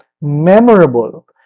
memorable